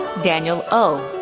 daniel oh,